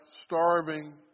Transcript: starving